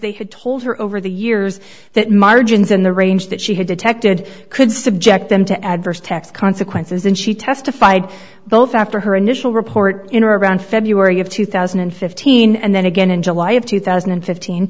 they had told her over the years that margins in the range that she had detected could subject them to adverse tax consequences and she testified both after her initial report in or around february of two thousand and fifteen and then again in july of two thousand and fifteen